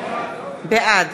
בעד